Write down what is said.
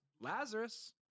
Lazarus